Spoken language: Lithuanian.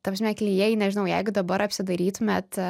ta prasme klijai nežinau jeigu dabar apsidairytumėt